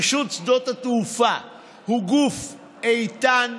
רשות שדות התעופה היא גוף איתן,